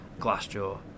Glassjaw